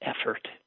effort